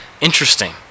interesting